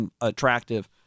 attractive